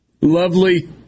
Lovely